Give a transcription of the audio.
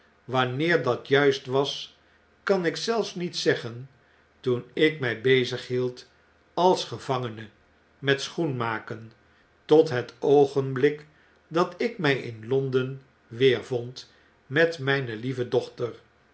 wanneer dat juist was kan ik zelfs niet zeggen toen ik mij bezighield als gevangene met schoenmaken tot het oogenblik dat ik my in l o n d e n weervond met mijne lieve dochter